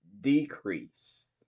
decrease